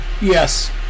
yes